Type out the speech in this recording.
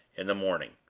in the morning.